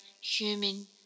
human